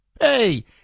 Hey